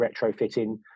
retrofitting